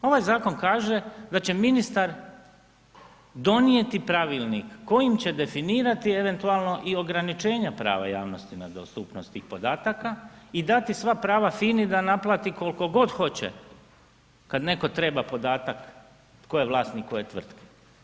Ovaj Zakon kaže da će ministar donijeti Pravilnik kojim će definirati, eventualno i ograničenja prava javnosti na dostupnost tih podataka, i dati sva prava FINA-i da naplati kol'ko god hoće kad netko treba podatak tko je vlasnik koje tvrtke.